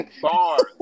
bars